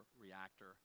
reactor